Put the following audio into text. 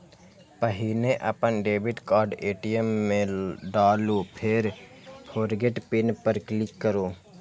पहिने अपन debit card ATM मे डालू, फेर फोरगेट पिन पर क्लिक करू